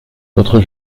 notre